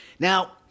Now